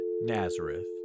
Nazareth